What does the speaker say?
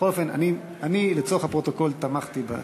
בכל אופן, אני, לצורך הפרוטוקול, תמכתי בהצעה.